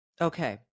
okay